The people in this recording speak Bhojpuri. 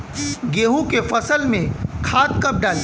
गेहूं के फसल में खाद कब डाली?